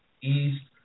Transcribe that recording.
east